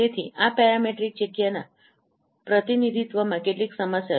તેથી આ પેરામેટ્રિક જગ્યાના પ્રતિનિધિત્વમાં કેટલીક સમસ્યાઓ છે